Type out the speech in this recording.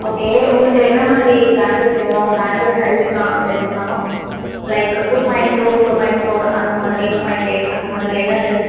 okay உங்களுக்கு என்ன மாதிரி பேங்குள்ஸ் வேணும் உங்கள் பேங்குள் சைஸ் நான் தெரிஞ்சுக்கலாமா like two point two two point four அந்த மாதிரி டூ பாயிண்ட் எயிட் அந்த மாதிரி என்ன சைஸ்